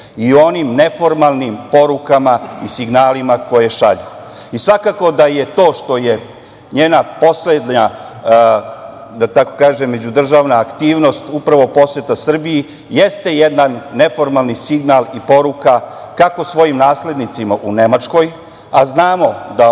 o onim neformalnim porukama i signalima koje šalju. Svakako da to što je njena poslednja, da tako kažem međudržavna aktivnost, upravo poseta Srbiji, jeste jedan neformalni signal i poruka kako svojim naslednicima u Nemačkoj, a znamo da